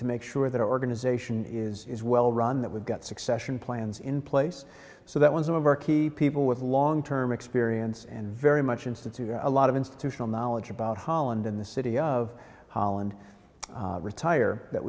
to make sure that our organization is well run that we've got succession plans in place so that when some of our key people with long term experience and very much institute a lot of institutional knowledge about holland in the city of holland retire that